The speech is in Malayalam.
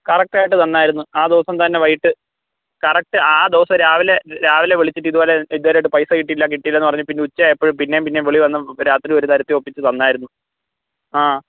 കറക്റ്റായിട്ട് തന്നായിരുന്ന് ആ ദിവസം തന്നെ വൈകിട്ട് കറക്റ്റ് ആ ദിവസം രാവിലെ രാവിലെ വിളിച്ചിട്ട് ഇതുവരെ ഇതുവരെയായിട്ട് പൈസ കിട്ടിയിട്ടില്ല കിട്ടിയില്ലാന്ന് പറഞ്ഞ് പിന്നെ ഉച്ചയായപ്പോൾ പിന്നേം പിന്നെം വിളിച്ച് വന്നു രാത്രി ഒരുതരത്തിൽ ഒപ്പിച്ചു തന്നായിരുന്നു ആ